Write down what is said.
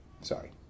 Sorry